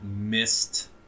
missed